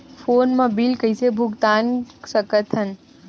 Phone मा bill कइसे भुक्तान साकत हन?